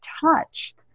touched